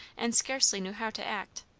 and scarcely knew how to act.